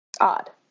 Odd